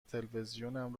تلویزیونم